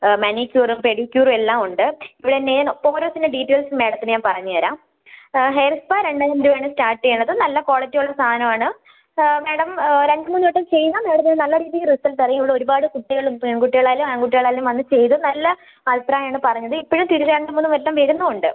മാനിക്യൂറും പെഡിക്യൂറും എല്ലാം ഉണ്ട് ഇവിടെ ഓരോന്നിൻ്റെ ഡീറ്റെയിൽസ് മാഡത്തിന് ഞാൻ പറഞ്ഞുതരാം ഹെയർ സ്പാ രണ്ടായിരം രൂപ ആണ് സ്റ്റാർട്ട് ചെയ്യുന്നത് നല്ല ക്വാളിറ്റി ഉള്ള സാധനം ആണ് മാഡം രണ്ട് മൂന്ന് വട്ടം ചെയ്താല് മാഡത്തിന് നല്ല രീതിയിൽ റിസൾട്ട് അറിയും ഇവിടെ ഒരുപാട് കുട്ടികള് പെൺകുട്ടികൾ ആയാലും ആൺകുട്ടികൾ ആയാലും വന്ന് ചെയ്ത് നല്ല അഭിപ്രായം ആണ് പറഞ്ഞത് ഇപ്പോഴും അവര് രണ്ടുമൂന്ന് വട്ടം വരുന്നുമുണ്ട്